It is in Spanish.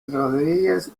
rodríguez